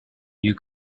you